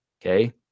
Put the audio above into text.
Okay